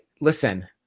listen